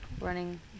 running